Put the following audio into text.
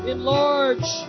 Enlarge